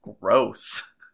Gross